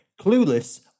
Clueless